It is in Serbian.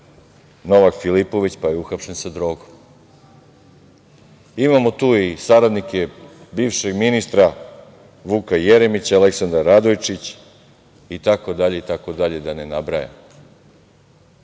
Novak Filipović, pa je uhapšen sa drogom. Imamo tu i saradnike, bivšeg ministra Vuka Jeremića, Aleksandar Radojčić, itd, itd, da ne nabrajam. To